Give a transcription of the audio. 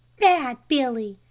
bad billy!